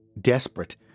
Desperate